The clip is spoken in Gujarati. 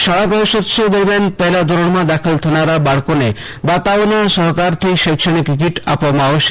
શાળા પ્રવેશોત્સવ દરમ્યાન પહેલા ધોરણમાં દાખલ થનાર બાળકોને દાતાઓના સહયોગથી શૈક્ષણિક કીટ આપવામાં આવશે